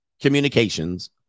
communications